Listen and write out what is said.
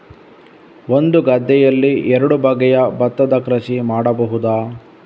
ಒಂದು ಗದ್ದೆಯಲ್ಲಿ ಎರಡು ಬಗೆಯ ಭತ್ತದ ಕೃಷಿ ಮಾಡಬಹುದಾ?